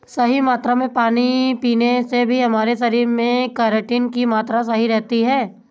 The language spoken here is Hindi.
सही मात्रा में पानी पीने से भी हमारे शरीर में केराटिन की मात्रा सही रहती है